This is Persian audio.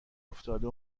افتاده